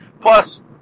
Plus